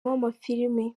w’amafilimi